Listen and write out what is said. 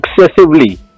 excessively